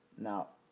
now,